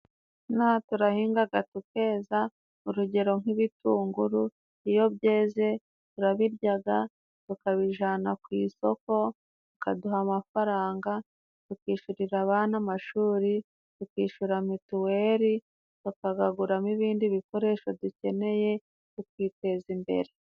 Inaha turahingaga tukeza, urugero nk'ibitunguru iyo byeze turabiryaga, tukabijyana ku isoko bakaduha amafaranga, tukishyurira abana amashuri, tukishyura mituweri, tukagaguramo ibindi bikoresho dukeneye tukiteza imbere.